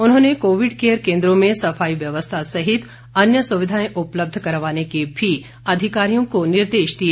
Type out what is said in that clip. उन्होंने Covid care केन्द्रों में सफाई व्यवस्था सहित अन्य सुविधाएं उपलब्ध करवाने के भी अधिकारियों को निर्देश दिए